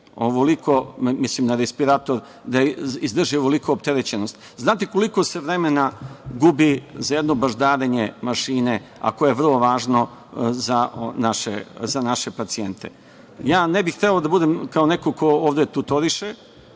Nemoguće je nijedna mašina da izdrži ovoliku opterećenost. Da li znate koliko se vremena gubi za jedno baždarenje mašine a koje je vrlo važno za naše pacijente. Ja ne bih hteo da budem kao neko ko ovde tutoriše,